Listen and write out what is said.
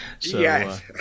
Yes